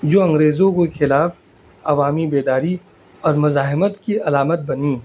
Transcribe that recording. جو انگریزوں کو خلاف عوامی بیداری اور مذاہمت کی علامت بنی